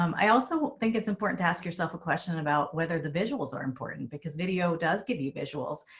um i also think it's important to ask yourself a question about whether the visuals are important, because video does give you visuals,